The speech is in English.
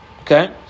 Okay